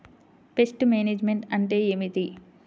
Pest management అంటే ఏమిటి?